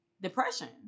depression